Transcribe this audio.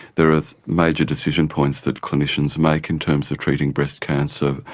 there are major decision points that clinicians make in terms of treating breast cancer,